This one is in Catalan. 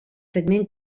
segment